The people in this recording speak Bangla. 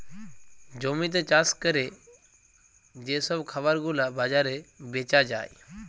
জমিতে চাষ ক্যরে যে সব খাবার গুলা বাজারে বেচা যায়